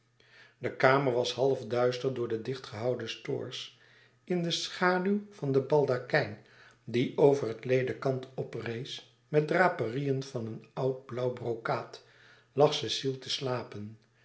de kamer was half duister door de dicht gehouden stores in de schaduw van den baldakijn die over het ledekant oprees met draperieën van een oud blauw brokaat lag cecile te slapen